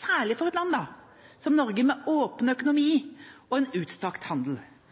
særlig for et land som Norge, med åpen økonomi og utstrakt handel.